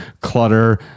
clutter